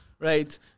Right